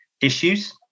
issues